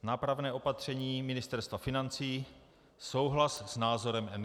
Nápravné opatření Ministerstva financí: souhlas s názorem NKÚ.